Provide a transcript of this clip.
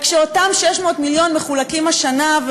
רק שאותם 600 מיליון מחולקים השנה,